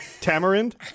tamarind